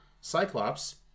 Cyclops